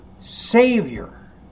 Savior